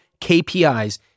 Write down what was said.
KPIs